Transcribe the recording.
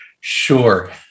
sure